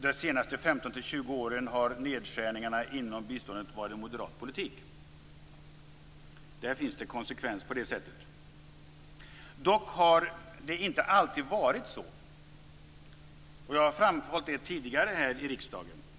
De senaste 15-20 åren har nedskärningar inom biståndet varit moderat politik. Det finns en konsekvens. Dock har det inte alltid varit så. Jag har framhållit det tidigare här i riksdagen.